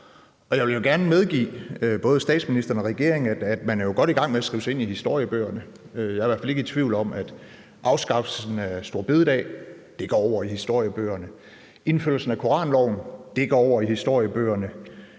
Jeg vil jo gerne medgive både statsministeren og regeringen, at man er godt i gang med at skrive sig ind i historiebøgerne. Jeg er i hvert fald ikke i tvivl om, at afskaffelsen af store bededag går over i historiebøgerne, at indførelsen af koranloven går over i historiebøgerne,